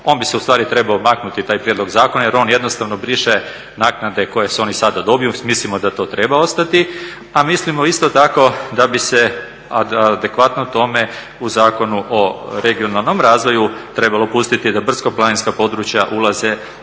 on bi se ustvari trebao maknuti taj prijedlog zakona jer on jednostavno briše naknade koje oni sada dobiju. Mislimo da to treba ostati, a mislimo isto tako da bi se adekvatno tome u Zakonu o regionalnom razvoju trebalo pustiti da brdsko-planinska područja ulaze da